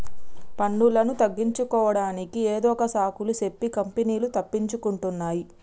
పన్నులను తగ్గించుకోడానికి ఏదొక సాకులు సెప్పి కంపెనీలు తప్పించుకుంటున్నాయ్